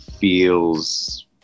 feels